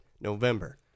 November